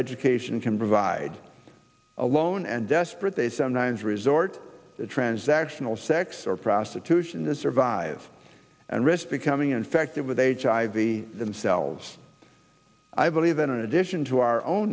education can provide alone and desperate they sometimes resort to transactional sex or prostitution the survive and risk becoming infected with hiv themselves i believe in addition to our own